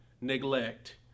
neglect